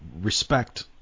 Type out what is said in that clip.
respect